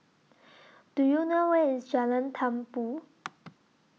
Do YOU know Where IS Jalan Tumpu